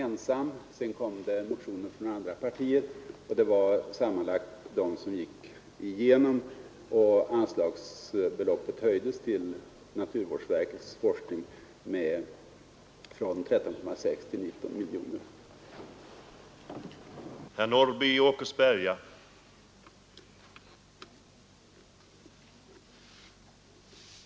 Sedan tillkom motioner från andra partier, och det var de och vår förnyade motion som bifölls så att anslagsbeloppet till naturvårdsverkets forskning höjdes från 13,6 miljoner till 19 miljoner kronor.